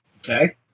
Okay